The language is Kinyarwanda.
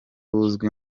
buzwi